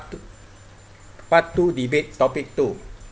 part two debate topic two